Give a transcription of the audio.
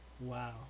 Wow